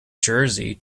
jersey